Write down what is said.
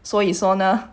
所以说呢